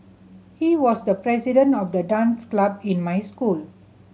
he was the president of the dance club in my school